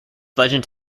legend